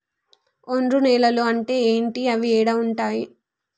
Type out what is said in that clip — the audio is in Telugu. ఒండ్రు నేలలు అంటే ఏంటి? అవి ఏడ ఉంటాయి?